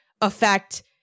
affect